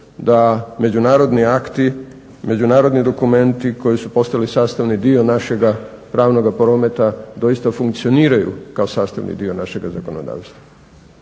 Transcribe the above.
da međunarodni akti, međunarodni dokumenti koji su postali sastavni dio našega pravnoga prometa doista funkcioniraju kao sastavni dio našega zakonodavstva.